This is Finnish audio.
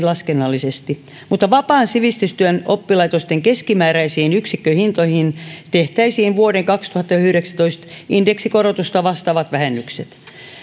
laskennallisesti mutta vapaan sivistystyön oppilaitosten keskimääräisiin yksikköhintoihin tehtäisiin vuoden kaksituhattayhdeksäntoista indeksikorotusta vastaavat vähennykset